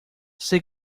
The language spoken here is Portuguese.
você